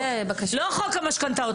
לא חוק המשכנתאות,